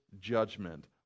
judgment